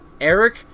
Eric